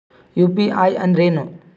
UPI ಅಂದ್ರೆ ಏನು?